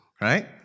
right